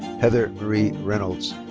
heather marie reynolds.